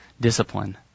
discipline